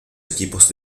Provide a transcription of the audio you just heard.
equipos